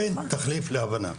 אין תחליף להבנה.